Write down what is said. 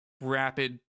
rapid